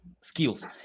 skills